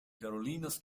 carolinas